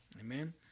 Amen